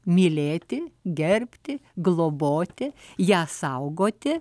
mylėti gerbti globoti ją saugoti